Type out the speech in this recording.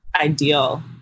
ideal